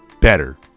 better